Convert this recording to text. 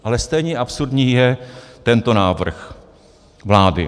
Ale stejně absurdní je tento návrh vlády.